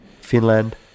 Finland